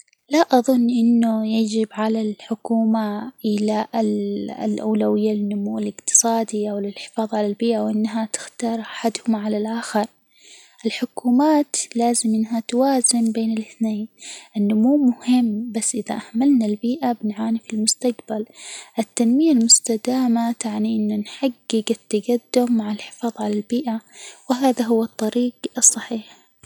لا أظن إنه يجب على الحكومة إيلاء ال الأولوية للنمو الاجتصادي أو للحفاظ على البيئة، وإنها تختار أحدهما على الآخر، الحكومات لازم إنها توازن بين الاثنين، النمو مهم، بس إذا أهملنا البيئة بنعاني في المستجبل، التنمية المستدامة تعني إنه نحجج التجدم مع الحفاظ على البيئة، وهذا هو الطريق الصحيح.